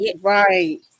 Right